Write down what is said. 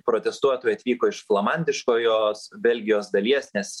protestuotojų atvyko iš flamandiško jos belgijos dalies nes